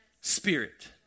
Spirit